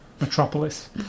metropolis